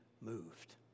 moved